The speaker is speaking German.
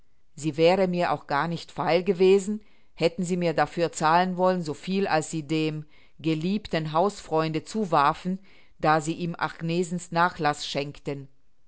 sie wäre mir auch gar nicht feil gewesen hätten sie mir dafür zahlen wollen so viel als sie dem geliebten hausfreunde zuwarfen da sie ihm agnesens nachlaß schenkten